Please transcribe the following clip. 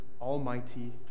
almighty